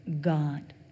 God